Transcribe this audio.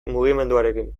mugimenduarekin